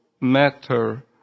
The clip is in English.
matter